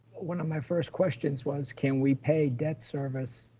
one of my first questions was, can we pay debt service